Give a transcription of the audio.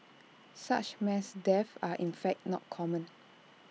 such mass deaths are in fact not common